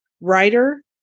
writer